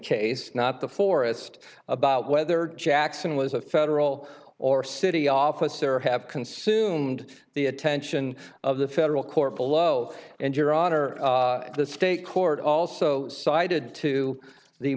case not the forest about whether jackson was a federal or city officer have consumed the attention of the federal court below and your honor the state court also sided to the